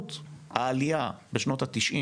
שבזכות העלייה בשנות ה-90,